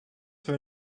für